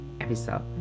episode